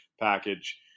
package